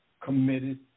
committed